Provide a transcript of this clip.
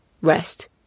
rest